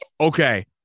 Okay